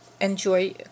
enjoy